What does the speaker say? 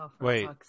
Wait